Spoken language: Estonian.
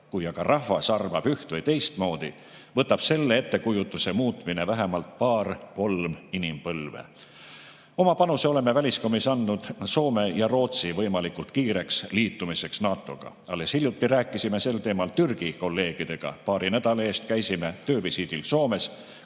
kui aga rahvas arvab üht‑ või teistmoodi, võtab selle ettekujutuse muutmine vähemalt paar-kolm inimpõlve. Oma panuse oleme väliskomisjoniga andnud Soome ja Rootsi võimalikult kiireks liitumiseks NATO‑ga. Alles hiljuti rääkisime sel teemal Türgi kolleegidega. Paari nädala eest käisime töövisiidil Soomes,